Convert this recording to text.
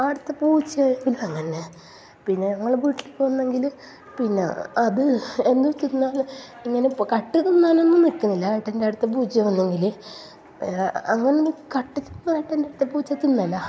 ആടത്തെ പൂച്ചയെ അങ്ങനന്നെ പിന്നെ ഞങ്ങൾ വീട്ടിലേക്ക് വന്നെങ്കിൽ പിന്നെ അത് എന്തെ തിന്നാനോ ഇങ്ങനെ കട്ട് തിന്നാനോന്നും നിൽക്കലില്ല എട്ടന്റെ ആടത്തെ പൂച്ച വന്നെങ്കിൽ അങ്ങനൊന്നും കട്ട് ഒന്നും എട്ടന്റെ ആടത്തെ പൂച്ച തിന്നില്ല